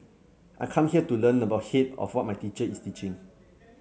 I come here to learn about hit of what my teacher is teaching